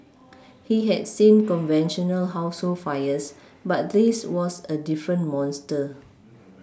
he had seen conventional household fires but this was a different monster